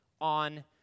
on